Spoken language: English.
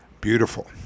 beautiful